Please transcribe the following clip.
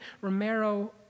Romero